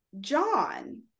John